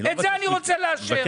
את זה אני רוצה לאשר.